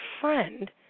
friend